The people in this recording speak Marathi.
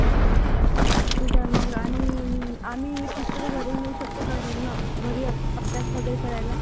अच्छा अच्छा ठीक आहे मग आणि आम्ही ही पुस्तकं घरी नेऊ शकतो का घरून घरी अब् अभ्यास वगैरे करायला